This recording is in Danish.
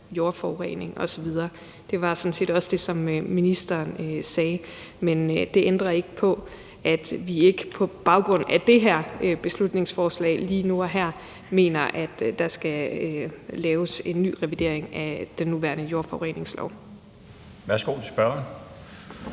jordforurening osv. Det var sådan set også det, som ministeren sagde. Men det ændrer ikke på, at vi på baggrund af det her beslutningsforslag lige nu og her ikke mener, at der skal laves en ny revidering af den nuværende jordforureningslov. Kl. 16:23 Den